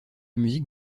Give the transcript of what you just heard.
musique